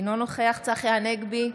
אינו נוכח צחי הנגבי,